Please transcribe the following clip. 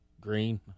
green